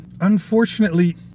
unfortunately